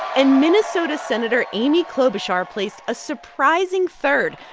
and minnesota senator amy klobuchar placed a surprising third,